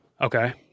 Okay